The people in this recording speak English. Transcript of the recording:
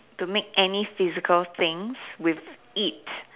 to make any physical things with it